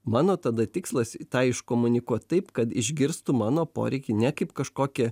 mano tada tikslas tą iškomunikuot taip kad išgirstų mano poreikį ne kaip kažkokią